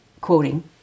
Quoting